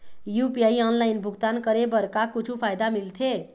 UPI online भुगतान करे बर का कुछू फायदा मिलथे?